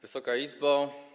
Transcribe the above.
Wysoka Izbo!